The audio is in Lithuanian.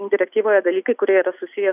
direktyvoje dalykai kurie yra susiję